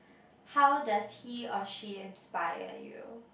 how does he or she inspire you